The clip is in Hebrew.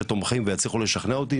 שתומכים ויצליחו לשכנע אותי,